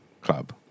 club